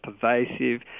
pervasive